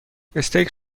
استیک